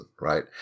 right